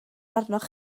arnoch